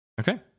Okay